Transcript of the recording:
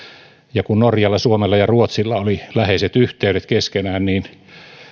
ja kun norjalla suomella ja ruotsilla oli läheiset yhteydet keskenään niin